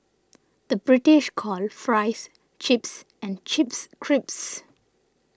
the British calls Fries Chips and Chips Crisps